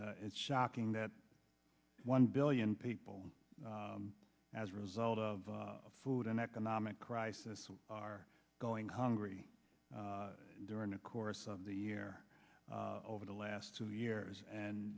it's shocking that one billion people as a result of food and economic crisis are going hungry during the course of the year over the last two years and